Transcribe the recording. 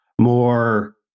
more